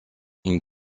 une